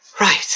Right